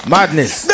Madness